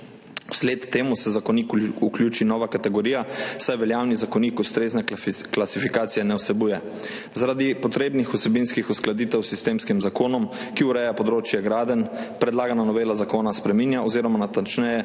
Vsled temu se v zakonik vključi nova kategorija, saj veljavni zakonik ustrezne klasifikacije ne vsebuje. Zaradi potrebnih vsebinskih uskladitev s sistemskim zakonom, ki ureja področje gradenj, predlagana novela zakona spreminja oziroma natančneje